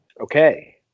Okay